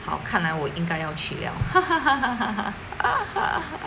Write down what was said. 好看来我应该要去了